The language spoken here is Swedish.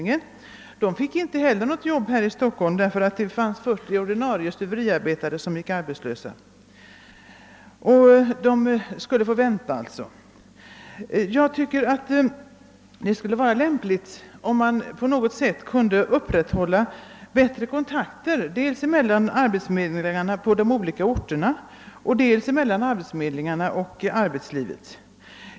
Inte heller de fick emellertid något arbete i Stockholm då utan måste vänta, därför att 40 ordinarie stuveriarbetare från Stockholm gick arbetslösa. Det skulle vara lämpligt om man kunde upprätta bättre kontakter mellan dels arbetsförmedlingarna på de olika orterna, dels arbetsförmedlingarna och arbetslivet.